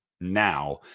now